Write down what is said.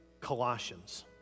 Colossians